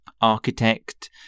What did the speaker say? architect